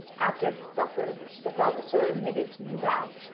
after the supper the vavasor admitted to me that,